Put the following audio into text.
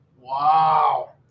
Wow